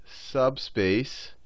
subspace